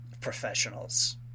professionals